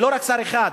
ולא רק שר אחד,